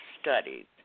Studies